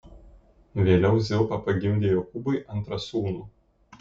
vėliau zilpa pagimdė jokūbui antrą sūnų